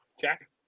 Jack